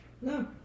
No